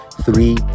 Three